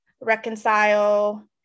reconcile